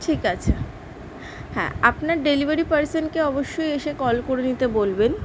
ঠিক আছে হ্যাঁ আপনার ডেলিভারি পারসেনকে অবশ্যই এসে কল করে নিতে বলবেন